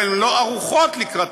אבל הן לא ערוכות לקראתה.